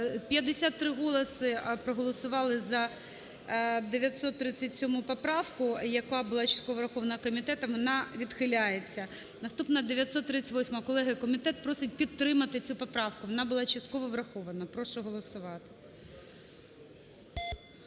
53 голоси проголосували за 937 поправку, яка була частково врахована комітетом, вона відхиляється. Наступна 938-а. Колеги, комітет просить підтримати цю поправку, вона була частково врахована. Прошу голосувати.